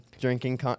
drinking